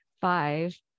five